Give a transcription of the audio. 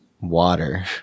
water